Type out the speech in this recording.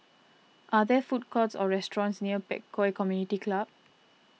are there food courts or restaurants near Pek Kio Community Club